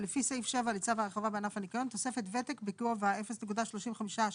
טור 1 טור 2 טור 3 טור 4 רכיבי שכר ערך שעה לעובד ניקיון